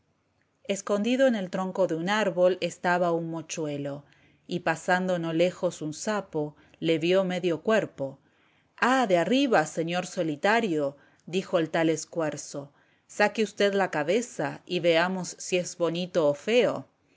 escondido en el tronco de un árbol estaba un mochuelo y pasando no lejos un sapo le vió medio cuerpo ah de arriba señor solitario dijo el tal escuerzo saque usted la cabeza y veamos si es bonito o feo